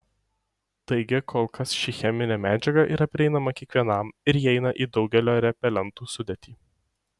taigi kol kas ši cheminė medžiaga yra prieinama kiekvienam ir įeina į daugelio repelentų sudėtį